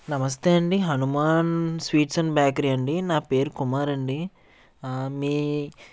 నమస్తే అండీ Hanuman sweets and bakery అండి నా పేరు కుమార్ అండి మీ